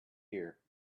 ear